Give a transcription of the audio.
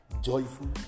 joyful